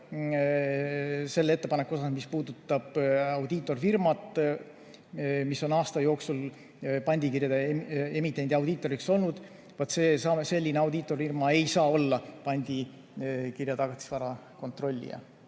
selle ettepaneku üle, mis puudutab audiitorfirmat, mis on aasta jooksul pandikirjade emitendi audiitoriks olnud. Vaat selline audiitorfirma ei saa olla pandikirja tagatisvara kontrollija.